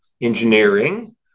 engineering